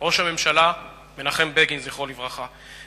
ראש הממשלה מנחם בגין, זכרו לברכה.